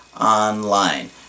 online